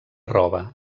roba